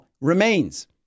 remains